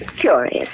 curious